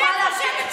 מה עם הצ'קלקה?